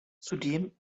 zudem